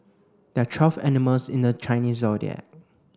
there are twelve animals in the Chinese Zodiac